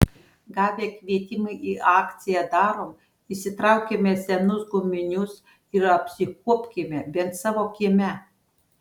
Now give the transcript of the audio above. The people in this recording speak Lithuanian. gavę kvietimą į akciją darom išsitraukime senus guminius ir apsikuopkime bent savo kieme